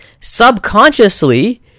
subconsciously